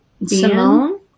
Simone